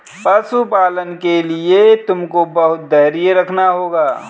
पशुपालन के लिए तुमको बहुत धैर्य रखना होगा